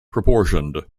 proportioned